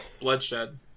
bloodshed